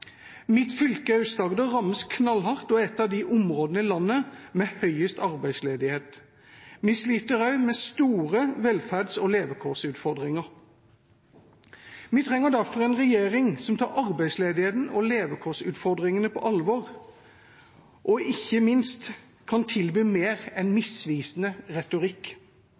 Mitt fylke, Aust-Agder, rammes knallhardt og er et av områdene i landet med høyest arbeidsledighet. Vi sliter også med store velferds- og levekårsutfordringer. Vi trenger derfor en regjering som tar arbeidsledigheten og levekårsutfordringene på alvor, og ikke minst kan tilby mer enn misvisende retorikk.